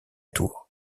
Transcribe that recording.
tour